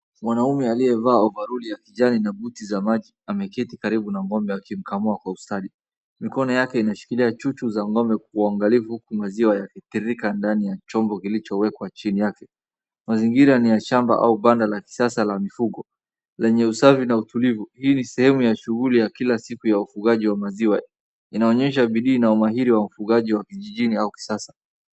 Mwanaume aliyevaa ovaroli ya kijani na buti za maji ameketi karibu na ng'ombe akimkamua kwa ustadi. Mikono yake inashikilia chuchu za ng'ombe kwa uangalifu huku maziwa yakitiririka kwenye chombo kilichowekwa chini yake. Mazingira ni ya shamba au banda la kisasa la mifugo lenye usafi na utulivu. Hii ni sehemu ya shughuli ya kila siku ya ufugaji wa maziwa, inaonyesha bidii na umahiri wa ufugaji wa kijijini au kisasa.